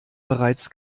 bereits